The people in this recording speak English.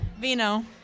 Vino